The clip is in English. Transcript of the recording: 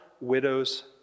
widows